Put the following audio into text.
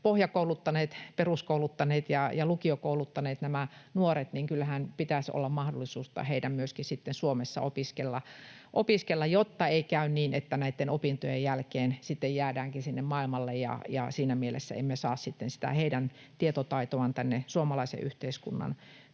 pohjakouluttaneet, peruskouluttaneet ja lukiokouluttaneet nämä nuoret, heillä pitäisi olla mahdollisuus Suomessa myöskin sitten opiskella, jotta ei käy niin, että näitten opintojen jälkeen jäädäänkin sinne maailmalle ja siinä mielessä emme saa sitten sitä heidän tietotaitoaan tänne suomalaisen yhteiskunnan